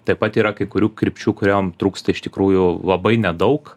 taip pat yra kai kurių krypčių kuriom trūksta iš tikrųjų labai nedaug